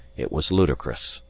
it was ludicrous.